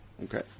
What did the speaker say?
Okay